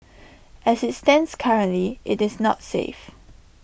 as IT stands currently IT is not safe